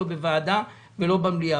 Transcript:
לא בוועדה ולא במליאה.